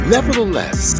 Nevertheless